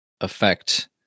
affect